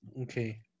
Okay